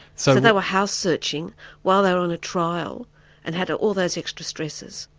so they were house-searching while they were on a trial and had all those extra stresses.